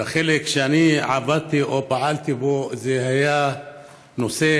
החלק שאני עבדתי או פעלתי בו זה היה נושא